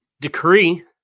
decree